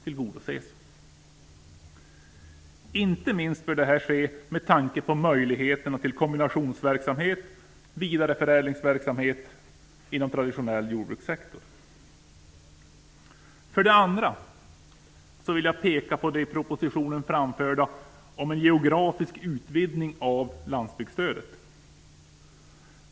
Inte minst bör detta ske med tanke på möjligheter till kombinationsverksamhet och vidareförädlingsverksamhet inom traditionell jordbrukssektor. För det andra vill jag ta upp det som i propositionen framförs om en geografisk utvidgning av landsbygdsstödet.